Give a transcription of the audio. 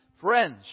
Friends